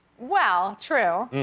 well, true.